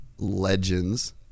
legends